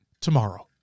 tomorrow